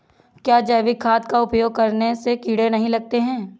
क्या जैविक खाद का उपयोग करने से कीड़े नहीं लगते हैं?